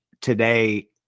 today